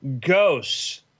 ghosts